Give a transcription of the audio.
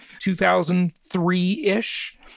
2003-ish